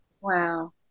Wow